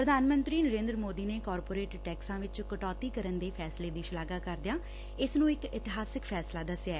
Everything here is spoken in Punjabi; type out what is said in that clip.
ਪ੍ਰਧਾਨ ਮੰਤਰੀ ਨਰੇਂਦਰ ਮੋਦੀ ਨੇ ਕਾਰਪੋਰੇਟ ਟੈਕਸਾਂ ਵਿਚ ਕਟੌਤੀ ਕਰਨ ਦੇ ਫੈਸਲੇ ਦੀ ਸ਼ਲਾਘਾ ਕਰਦਿਆਂ ਇਸ ਨੁੰ ਇਕ ਇਤਿਹਾਸਕ ਫੈਸਲਾ ਦਸਿਐ